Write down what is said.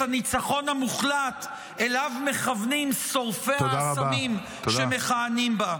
הניצחון המוחלט שאליו מכוונים שורפי האסמים שמכהנים בה.